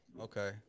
okay